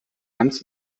hans